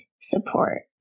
support